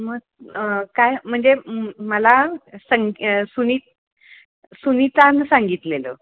मग काय म्हणजे मला सं सुनी सुनीतानं सांगितलेलं